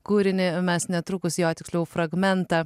kūrinį mes netrukus jo tiksliau fragmentą